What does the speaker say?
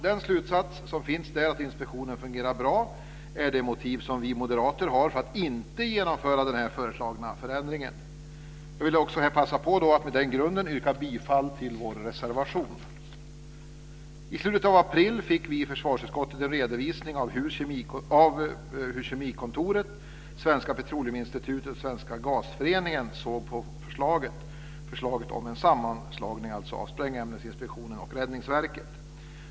Den slutsats som finns där - att inspektionen fungerar bra - är det motiv vi moderater har för att inte genomföra den föreslagna förändringen. Jag vill också passa på att med den grunden här yrka bifall till reservationen. I slutet av april fick vi i försvarsutskottet en redovisning av hur Kemikontoret, Svenska Petroleuminstitutet och Svenska Gasföreningen såg på förslaget om en sammanslagning av Sprängämnesinspektionen och Räddningsverket.